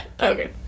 Okay